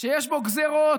שיש בו גזרות